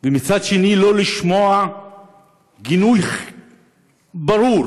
ומצד שני לא לשמוע גינוי ברור.